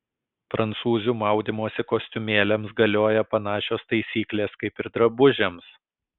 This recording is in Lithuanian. prancūzių maudymosi kostiumėliams galioja panašios taisyklės kaip ir drabužiams